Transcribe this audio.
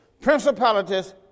principalities